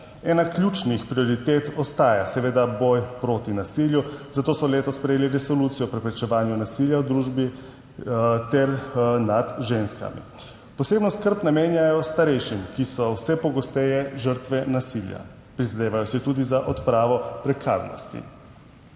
Ena ključnih prioritet ostaja seveda boj proti nasilju, zato so letos sprejeli resolucijo o preprečevanju nasilja v družbi ter nad ženskami. Posebno skrb namenjajo starejšim, ki so vse pogosteje žrtve nasilja. Prizadevajo si tudi za odpravo prekarnosti.